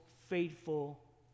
faithful